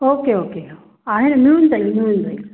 okay okay आहे मिळून जाईल मिळून जाईल